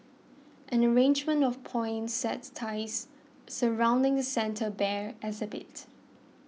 an arrangement of poinsettias surrounding the Santa Bear exhibit